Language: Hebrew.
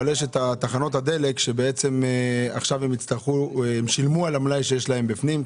אבל יש את תחנות הדלק שבעצם הם שילמו על המלאי שיש להם בפנים,